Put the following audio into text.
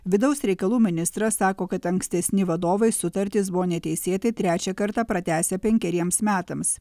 vidaus reikalų ministras sako kad ankstesni vadovai sutartis buvo neteisėtai trečią kartą pratęsę penkeriems metams